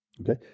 Okay